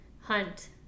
hunt